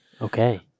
Okay